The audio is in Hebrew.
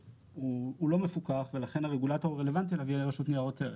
הוא לא מפוקח ולכן הרגולטור הרלוונטי עליו הוא הרשות לניירות ערך